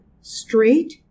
straight